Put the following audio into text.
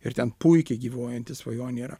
ir ten puikiai gyvuojanti svajonė yra